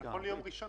המענקים?